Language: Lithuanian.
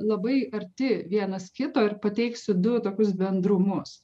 labai arti vienas kito ir pateiksiu du tokius bendrumus